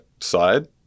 side